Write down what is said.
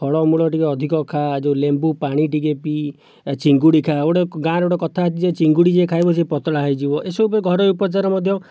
ଫଳ ମୂଳ ଟିକେ ଅଧିକ ଖା ଯେଉଁ ଲେମ୍ବୁ ପାଣି ଟିକେ ପି ଚିଙ୍ଗୁଡ଼ି ଖା ଗୋଟେ ଗାଁ ରେ ଗୋଟିଏ କଥା ଅଛି ଯେ ଚିଙ୍ଗୁଡ଼ି ଯେ ଖାଇବ ସେ ପତଳା ହୋଇଯିବ ଏସବୁ ପାଇଁ ଘରୋଇ ଉପଚାର ମଧ୍ୟ